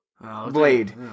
blade